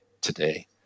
today